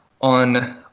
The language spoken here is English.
on